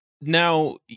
Now